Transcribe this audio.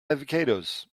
avocados